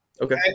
Okay